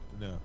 No